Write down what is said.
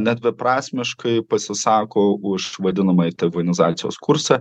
net dviprasmiškai pasisako už vadinamąjį taivanizacijos kursą